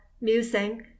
musing